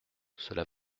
cela